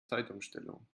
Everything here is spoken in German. zeitumstellung